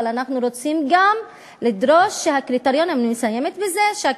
אבל אנחנו רוצים גם לדרוש שהקריטריונים של השיפוץ